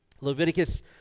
Leviticus